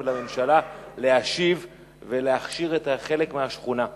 ולממשלה להשיב ולהכשיר חלק מהשכונה.